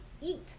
eat